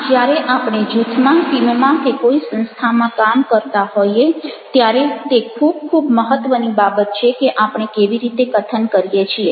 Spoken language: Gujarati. આમ જ્યારે આપણે જૂથમાં ટીમમાં કે કોઇ સંસ્થામાં કામ કરતાં હોઈએ ત્યારે તે ખૂબ ખૂબ મહત્ત્વની બાબત છે કે આપણે કેવી રીતે કથન કરીએ છીએ